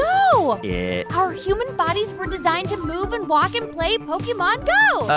um yeah our human bodies were designed to move and walk and play pokemon go.